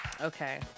okay